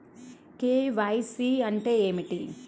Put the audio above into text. KYC అంటే ఏమిటి?